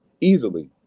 easily